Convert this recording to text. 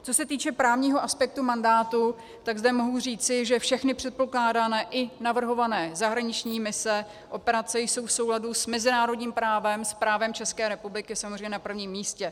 Co se týče právního aspektu mandátu, tak zde mohu říci, že všechny předpokládané i navrhované zahraniční mise, operace jsou v souladu s mezinárodním právem, s právem České republiky samozřejmě na prvním místě.